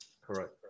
Correct